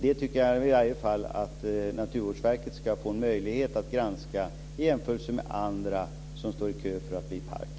Det tycker jag att Naturvårdsverket ska få möjlighet att granska; detta i en jämförelse med andra områden som står i kö för att bli park.